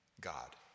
God